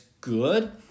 good